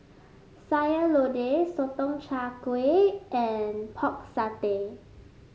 Sayur Lodeh Sotong Char Kway and Pork Satay